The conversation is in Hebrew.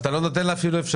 אתה לא נותן לה אפשרות.